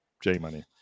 J-Money